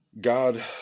God